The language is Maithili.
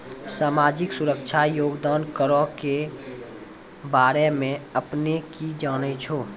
समाजिक सुरक्षा योगदान करो के बारे मे अपने कि जानै छो?